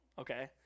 okay